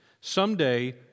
Someday